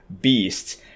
beasts